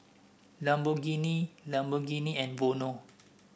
Lamborghini Lamborghini and Vono